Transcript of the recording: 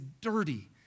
dirty